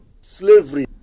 slavery